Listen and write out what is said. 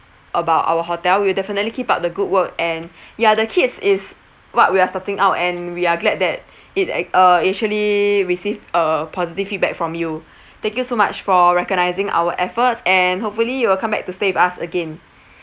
about our hotel we'll definitely keep up the good work and yeah the kids is what we are starting out and we are glad that it act~ uh actually received uh positive feedback from you thank you so much for recognising our efforts and hopefully you will come back to stay with us again